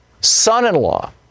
son-in-law